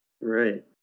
Right